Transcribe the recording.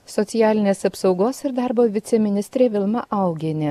socialinės apsaugos ir darbo viceministrė vilma augienė